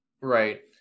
Right